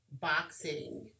boxing